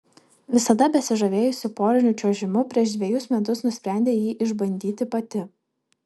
visada besižavėjusi poriniu čiuožimu prieš dvejus metus nusprendė jį išbandyti pati